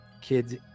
kids